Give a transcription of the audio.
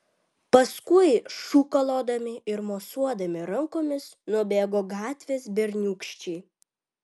paskui šūkalodami ir mosuodami rankomis nubėgo gatvės berniūkščiai